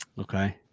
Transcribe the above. Okay